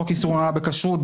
בחוק איסור הונאה בכשרות,